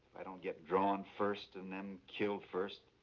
i don't get drawn first, and them killed first.